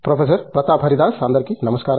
professor Pratap Haridas అందరికీ నమస్కారం